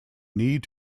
need